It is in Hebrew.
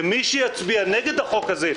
מי שמצביע נגד החוק הזה,